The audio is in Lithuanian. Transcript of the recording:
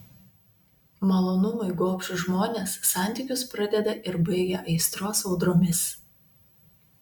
malonumui gobšūs žmonės santykius pradeda ir baigia aistros audromis